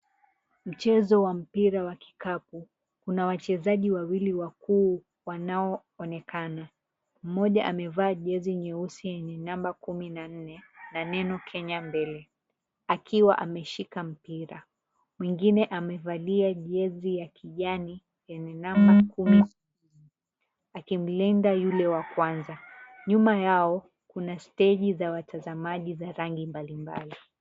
Mchezo wa mpira wa kikapu, kuna wachezaji wawili wakuu wanaonekana mmoja amevaa jezi nyeusi yenye namba kumi na nne na neno Kenya mbele akiwa ameshika mpira. Mwingine amevalia jezi ya kijani yenye namba kumi na tano akilinda yule wa kwanza nyuma yao, kuna stendi za watazamaji zenye rangi mbalimbali.